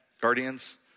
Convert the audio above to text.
guardians